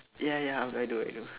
ya ya I do I do